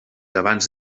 abans